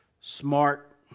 smart